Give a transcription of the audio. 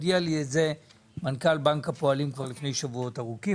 הודיע לי את זה מנכ"ל בנק הפועלים כבר לפני שבועות ארוכים,